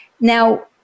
Now